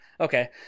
Okay